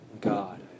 God